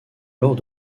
lors